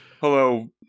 hello